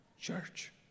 Church